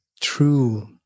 true